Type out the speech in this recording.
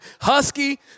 Husky